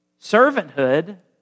Servanthood